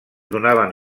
donaven